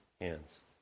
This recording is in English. hands